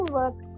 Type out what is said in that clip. work